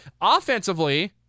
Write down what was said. Offensively